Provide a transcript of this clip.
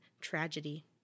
tragedy